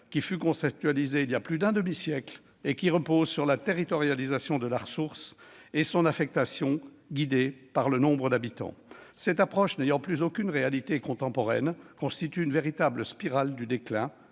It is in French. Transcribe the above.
locale, conceptualisée voilà plus d'un demi-siècle et fondée sur la territorialisation de la ressource et une affectation de celle-ci guidée par le nombre d'habitants. Cette approche, n'ayant plus aucune réalité contemporaine, constitue une véritable spirale du déclin,